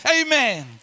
Amen